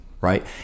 right